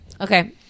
Okay